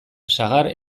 sagar